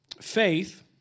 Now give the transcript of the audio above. faith